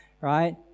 right